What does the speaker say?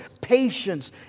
patience